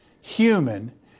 human